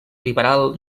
liberal